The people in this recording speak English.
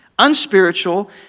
unspiritual